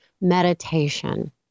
meditation